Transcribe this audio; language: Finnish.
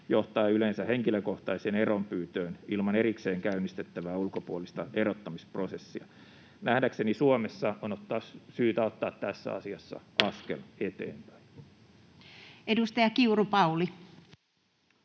johtaa yleensä henkilökohtaiseen eronpyyntöön ilman erikseen käynnistettävää ulkopuolista erottamisprosessia. Nähdäkseni Suomessa on syytä ottaa tässä asiassa askel eteenpäin. [Speech 65] Speaker: